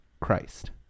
Christ